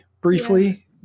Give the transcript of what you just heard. briefly